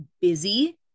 busy